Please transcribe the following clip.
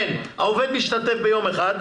העובד משתתף ביום אחד,